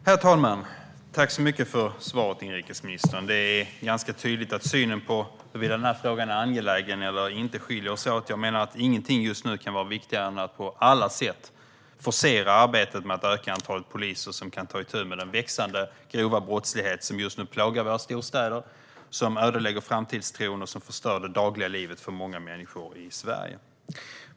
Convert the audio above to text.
Herr talman! Tack så mycket för svaret, inrikesministern! Det är ganska tydligt att synen på huruvida den här frågan är angelägen eller inte skiljer oss åt. Jag menar att ingenting just nu kan vara viktigare än att på alla sätt forcera arbetet med att öka antalet poliser som kan ta itu med den växande grova brottslighet som just nu plågar våra storstäder, som ödelägger framtidstron och som förstör det dagliga livet för många människor i Sverige.